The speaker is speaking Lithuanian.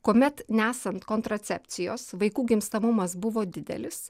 kuomet nesant kontracepcijos vaikų gimstamumas buvo didelis